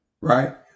right